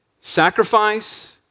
Sacrifice